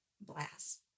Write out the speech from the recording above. Blast